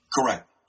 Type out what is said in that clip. Correct